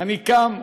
אני קם,